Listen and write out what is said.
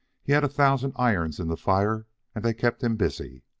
he had a thousand irons in the fire, and they kept him busy.